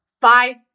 five